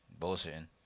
bullshitting